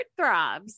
heartthrobs